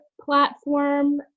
platform